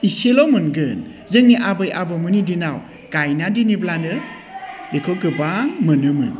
इसेल' मोनगोन जोंनि आबै आबौमोननि दिनाव गायना दोनोब्लानो बिखौ गोबां मोनोमोन